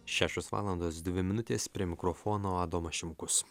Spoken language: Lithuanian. šešios valandos dvi minutės prie mikrofono adomas šimkus